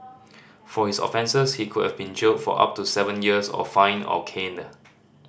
for his offences he could have been jailed for up to seven years or fined or caned